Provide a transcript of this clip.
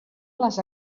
les